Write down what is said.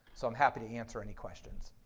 so i'm happy to answer any questions.